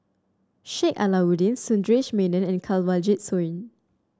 Sheik Alau'ddin Sundaresh Menon and Kanwaljit Soin